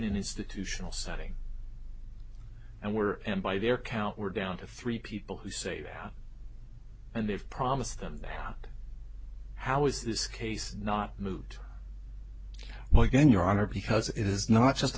institutional setting and we're and by their count we're down to three people who say they have and they've promised them that how is this case not moved well again your honor because it is not just